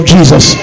Jesus